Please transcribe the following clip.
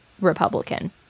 Republican